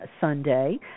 Sunday